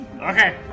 Okay